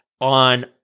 on